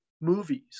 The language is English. movies